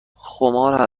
خمار